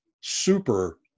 super